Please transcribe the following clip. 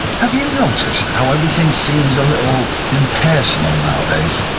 have you noticed how everything seems a little impersonal nowadays?